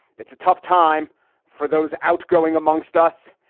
it's a tough time for those outgoing amongst us.